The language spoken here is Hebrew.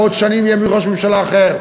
בעוד שנים יהיה ראש ממשלה אחר.